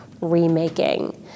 remaking